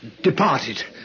departed